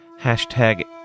hashtag